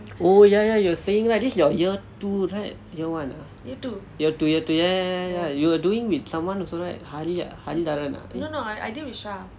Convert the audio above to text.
oh ya ya you're saying right this is your year two right year one ah year two year two ya ya ya ya ya you were doing with someone also right hari ah hariharan ah